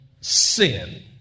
sin